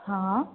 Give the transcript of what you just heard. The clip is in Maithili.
हँ